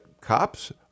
cops